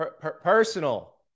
Personal